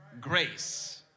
Grace